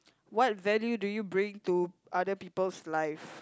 what value do you bring to other people's life